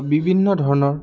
বিভিন্ন ধৰণৰ